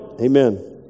Amen